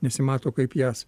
nesimato kaip jas